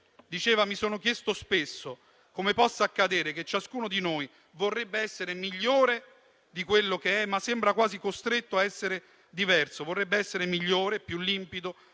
diceva: mi sono chiesto spesso come possa accadere che ciascuno di noi vorrebbe essere migliore di quello che è, ma sembra quasi costretto a essere diverso. Vorrebbe essere migliore, più limpido,